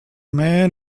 man